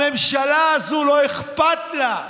הממשלה הזאת, לא אכפת לה,